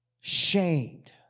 shamed